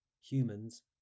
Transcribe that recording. Humans